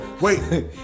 Wait